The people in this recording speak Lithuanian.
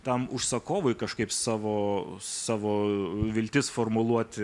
tam užsakovui kažkaip savo savo viltis formuluoti